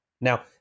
Now